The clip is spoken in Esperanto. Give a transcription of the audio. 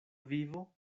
vivo